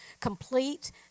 complete